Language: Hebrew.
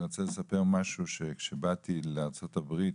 אני רוצה לספר משהו: כשבאתי לארצות הברית,